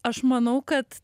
aš manau kad